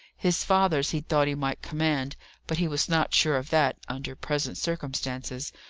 his father's he thought he might command but he was not sure of that, under present circumstances,